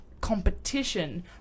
competition